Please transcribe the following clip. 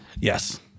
Yes